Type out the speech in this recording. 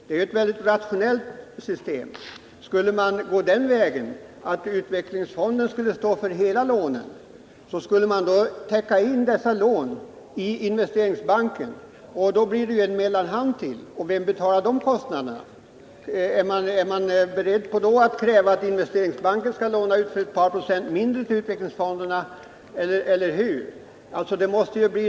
Det är ju ett väldigt rationellt system. Skulle man ha ett system där utvecklingsfonderna stod för hela lånebeloppet, fick man täcka in hela lånet i Investeringsbanken, och då skulle det ju bli ytterligare en mellanhand. Vem betalar kostnaderna för det? Kommer man i så fall att kräva att Investeringsbanken skall låna ut till utvecklingsfonderna mot en låneränta som ligger ett par procent lägre, eller hur har man tänkt sig att lösa det?